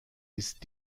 ist